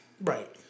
Right